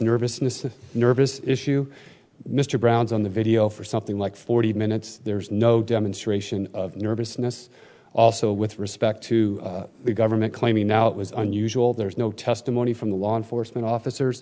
nervousness nervous issue mr brown's on the video for something like forty minutes there's no demonstration of nervousness also with respect to the government claiming now it was unusual there's no testimony from the law enforcement officers